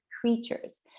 creatures